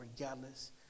regardless